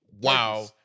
Wow